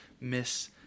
miss